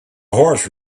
horse